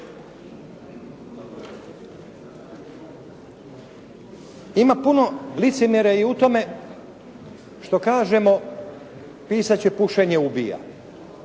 Ima puno licemjerja i u tome što kažemo pisati će "pušenje ubija".